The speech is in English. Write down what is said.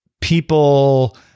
people